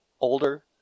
older